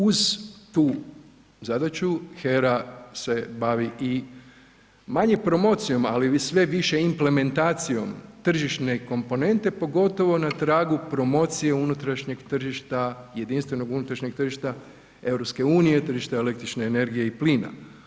Uz tu zadaću, HERA se bavi i manje promocijom ali sve više implementacijom tržišne komponente pogotovo na tragu promocije unutrašnjeg tržišta, jedinstvenog unutrašnjeg tržišta EU-a, tržišta električne energije plina.